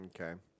okay